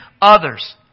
others